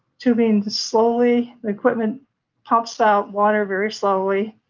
tubing slowly, equipment pops out water very slowly,